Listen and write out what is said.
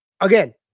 Again